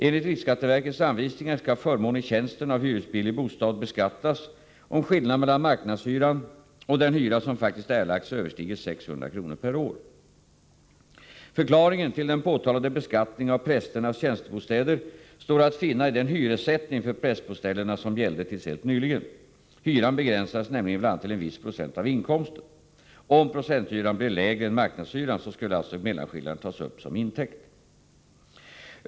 Enligt riksskatteverkets anvisningar skall förmån i tjänsten av hyresbillig bostad beskattas om skillnaden mellan marknadshyran och den hyra som faktiskt erlagts överstiger 600 kr. per år. Förklaringen till den påtalade beskattningen av prästernas tjänstebostäder står att finna i den hyressättning för prästboställena som gällde tills helt nyligen. Hyran begränsades nämligen bl.a. till en viss procent av inkomsten. Om procenthyran blev lägre än marknadshyran så skulle alltså mellanskillnaden tas upp som intäkt.